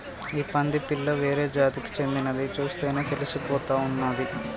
ఈ పంది పిల్ల వేరే జాతికి చెందిందని చూస్తేనే తెలిసిపోతా ఉన్నాది